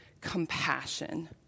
compassion